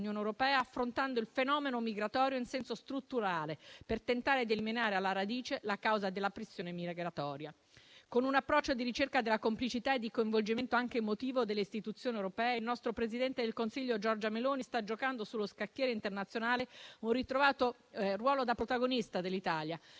europea, affrontando il fenomeno migratorio in senso strutturale, per tentare di eliminare alla radice la causa della pressione migratoria. Con un approccio di ricerca della complicità e di coinvolgimento, anche emotivo, delle istituzioni europee, il nostro presidente del Consiglio Giorgia Meloni sta giocando sullo scacchiere internazionale un ritrovato ruolo da protagonista dell'Italia;